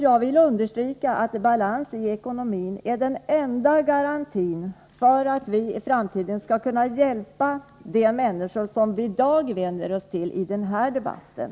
Jag vill understryka att balans i ekonomin är den enda garantin för att vi i framtiden skall kunna hjälpa de människor som vi i dag vänder oss till i den här debatten.